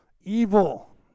Evil